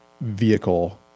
vehicle